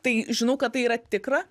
tai žinau kad tai yra tikra